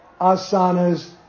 asanas